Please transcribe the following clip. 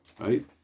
Right